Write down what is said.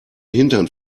hintern